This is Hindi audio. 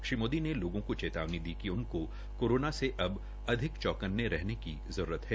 श्री मोदी ने लोगों को चेतावनी दी कि उनको कोरोना से अब अधिक चौकने रहने की जरूरत है